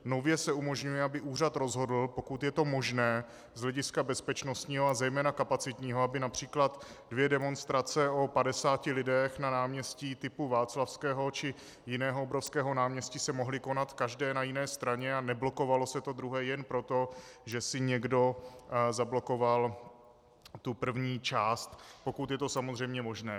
Nově se umožňuje, aby úřad rozhodl, pokud je to možné z hlediska bezpečnostního a zejména kapacitního, aby například dvě demonstrace o padesáti lidech na náměstí typu Václavského či jiného obrovského náměstí se mohly konat každé na jiné straně a neblokovalo se to druhé jen proto, že si někdo zablokoval tu první část, pokud je to samozřejmě možné.